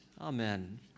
Amen